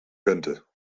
könnte